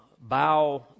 bow